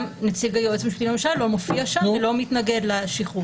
גם היועץ המשפטי לממשלה לא מופיע שם ולא מתנגד לשחרור.